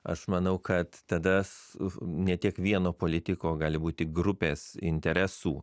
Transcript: aš manau kad tada s u ne tiek vieno politiko gali būti grupės interesų